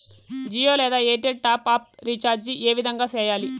జియో లేదా Airtel top up రీచార్జి ఏ విధంగా సేయాలి